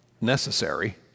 necessary